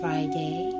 Friday